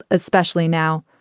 especially now,